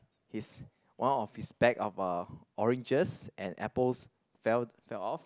his one of his bag of uh oranges and apples fell fell off